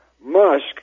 Musk